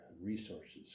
resources